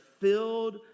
filled